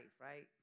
right